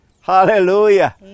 Hallelujah